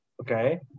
Okay